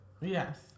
Yes